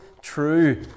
true